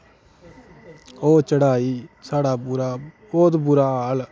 ओह् चढ़ाई साढ़ा बुरा बहोत बुरा हाल